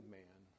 man